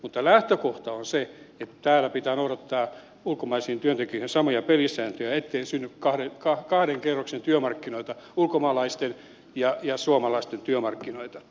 mutta lähtökohta on se että täällä pitää noudattaa ulkomaisiin työntekijöihin samoja pelisääntöjä ettei synny kahden kerroksen työmarkkinoita ulkomaalaisten ja suomalaisten työmarkkinoita